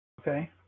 Okay